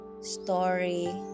story